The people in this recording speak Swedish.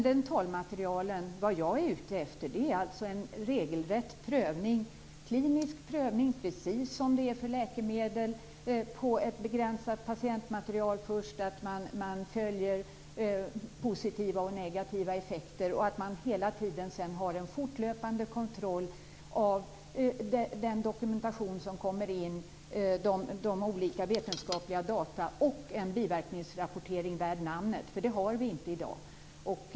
Det jag är ute efter när det gäller dentalmaterialen är en regelrätt klinisk prövning, precis som det är för läkemedel, på ett begränsat patientmaterial. Man följer först positiva och negativa effekter och har sedan hela tiden en fortlöpande kontroll av den dokumentation som kommer in, olika vetenskapliga data och en biverkningsrapportering värd namnet, för det har vi inte i dag.